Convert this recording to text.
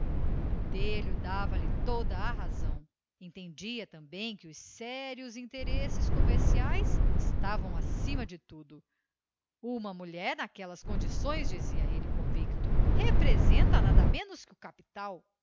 o botelho dava-lhe toda a razão entendia também que os sérios interesses comerciais estavam acima de tudo uma mulher naquelas condições dizia ele convicto representa nada menos que o capital